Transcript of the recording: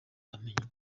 bamenya